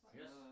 Yes